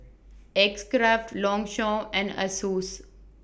X Craft Longchamp and Asus